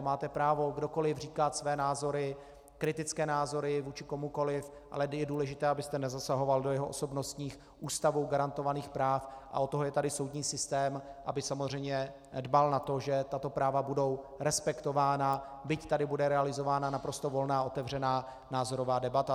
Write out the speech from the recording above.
Máte právo kdokoliv říkat své názory, kritické názory vůči komukoliv, ale je důležité, abyste nezasahoval do jeho osobnostních, Ústavou garantovaných práv, a od toho je tady soudní systém, aby samozřejmě dbal na to, že tato práva budou respektována, byť tady bude realizována naprosto volná a otevřená názorová debata.